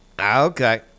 Okay